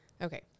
Okay